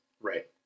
right